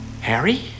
Harry